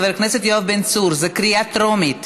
חבר הכנסת יואב בן צור: זו קריאה טרומית.